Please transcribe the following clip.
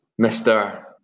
Mr